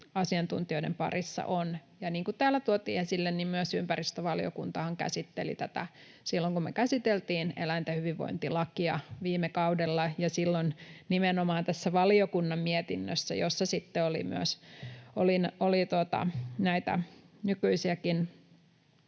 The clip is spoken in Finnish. asiantuntijoiden parissa on. Niin kuin täällä tuotiin esille, myös ympäristövaliokuntahan käsitteli tätä silloin, kun me käsiteltiin eläinten hyvinvointilakia viime kaudella. Silloin nimenomaan tässä valiokunnan mietinnössä, jossa sitten oli näitä